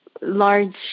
large